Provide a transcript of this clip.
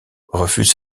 refuse